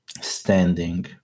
standing